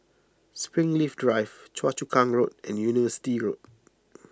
Springleaf Drive Choa Chu Kang Road and University Road